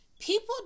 People